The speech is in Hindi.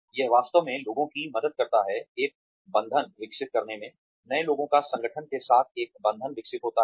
यह वास्तव में लोगों की मदद करता है एक बंधन विकसित करने मे नए लोगों का संगठन के साथ एक बंधन विकसित होता है